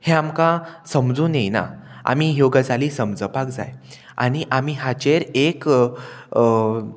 हें आमकां समजून येना आमी ह्यो गजाली समजपाक जाय आनी आमी हाचेर एक